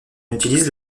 utilise